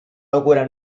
locura